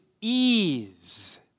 ease